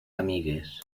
amigues